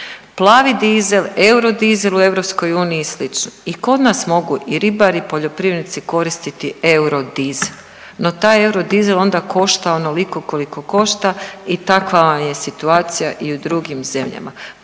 Plavi dizel, eurodizel u EU i slično, i kod nas mogu i ribari i poljoprivrednici koristiti eurodizel, no taj eurodizel onda košta onoliko koliko košta i takva vam je situacija i u drugim zemljama.